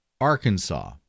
Arkansas